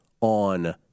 on